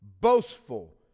boastful